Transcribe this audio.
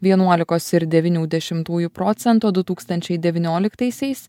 vienuolikos ir devynių dešimtųjų procento du tūkstančiai devynioliktaisiais